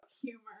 Humor